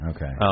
Okay